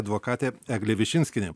advokatė eglė višinskienė